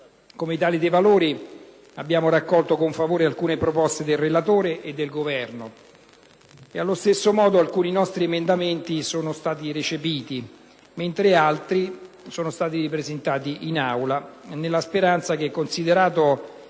Come Italia dei Valori, abbiamo accolto con favore alcune proposte del relatore e del Governo e, allo stesso modo, alcuni nostri emendamenti sono stati recepiti, mentre altri sono stati ripresentati in Aula, nella speranza che, considerato